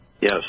yes